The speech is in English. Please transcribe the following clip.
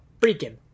freaking